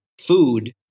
food